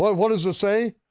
what does it say,